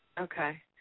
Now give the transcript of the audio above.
Okay